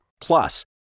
Plus